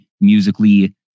musically